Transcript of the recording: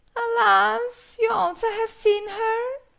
alas, you also have seen her!